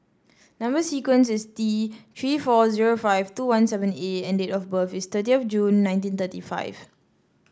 number sequence is T Three four zero five two one seven A and date of birth is thirty of June nineteen thirty five